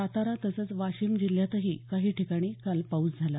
सातारा तसंच वाशीम जिल्ह्यातही काही ठिकाणी काल पाऊस झाला